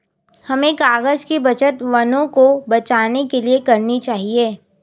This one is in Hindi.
हमें कागज़ की बचत वनों को बचाने के लिए करनी चाहिए